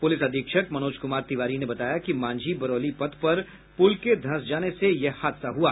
police अधीक्षक मनोज कुमार तिवारी ने बताया कि मांझी बरौली पथ पर पुल के धंस जाने से यह हादसा हुआ